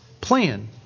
plan